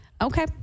Okay